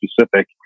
specific